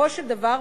בסופו של דבר,